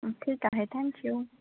ठीक आहे thank you